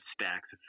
stacks